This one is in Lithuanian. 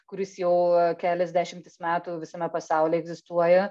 kuris jau kelias dešimtis metų visame pasauly egzistuoja